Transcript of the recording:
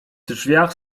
drzwiach